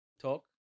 talk